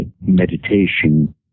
Meditation